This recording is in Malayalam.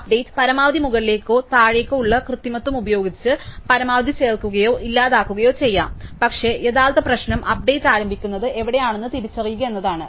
അപ്ഡേറ്റ് പരമാവധി മുകളിലേക്കോ താഴേയ്ക്കോ ഉള്ള കൃത്രിമത്വം ഉപയോഗിച്ച് പരമാവധി ചേർക്കുകയോ ഇല്ലാതാക്കുകയോ ചെയ്യാം പക്ഷേ യഥാർത്ഥ പ്രശ്നം അപ്ഡേറ്റ് ആരംഭിക്കുന്നത് എവിടെയാണെന്ന് തിരിച്ചറിയുക എന്നതാണ്